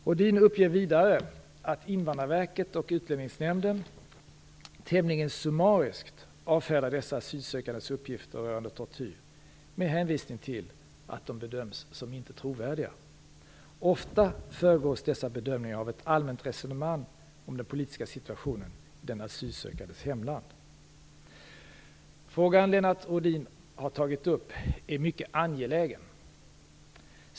Rohdin uppger vidare att Invandrarverket och Utlänningsnämnden tämligen summariskt avfärdar dessa asylsökandes uppgifter rörande tortyr med hänvisning till att de bedöms som icke trovärdiga. Ofta föregås dessa bedömningar av ett allmänt resonemang om den politiska situationen i den asylsökandes hemland. Den fråga Lennart Rohdin har tagit upp är mycket angelägen.